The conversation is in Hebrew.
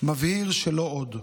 מבהיר שלא עוד.